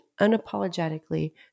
unapologetically